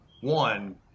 one